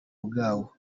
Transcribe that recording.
bwawo